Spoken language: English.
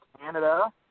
Canada